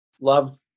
love